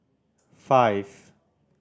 five